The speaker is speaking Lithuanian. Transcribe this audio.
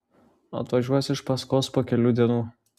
atvažiuos iš paskos po kelių dienų